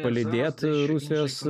palydėt rusijos